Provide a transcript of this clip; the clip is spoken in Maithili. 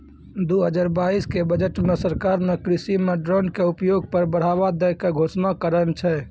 दू हजार बाइस के बजट मॅ सरकार नॅ कृषि मॅ ड्रोन के उपयोग पर बढ़ावा दै के घोषणा करनॅ छै